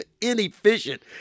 inefficient